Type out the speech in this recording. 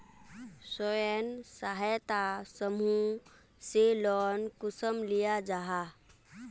स्वयं सहायता समूह से लोन कुंसम लिया जाहा?